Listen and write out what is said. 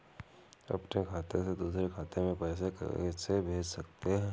अपने खाते से दूसरे खाते में पैसे कैसे भेज सकते हैं?